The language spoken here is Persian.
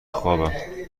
خوابم